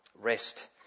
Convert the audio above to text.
rest